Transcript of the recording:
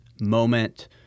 moment